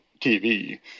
tv